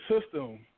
system